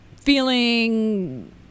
feeling